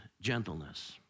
gentleness